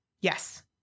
Yes